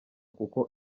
kuko